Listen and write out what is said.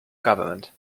government